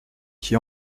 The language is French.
qui